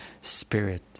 spirit